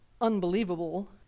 unbelievable